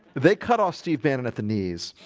they cut off steve bannon at the knees